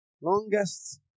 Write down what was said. Longest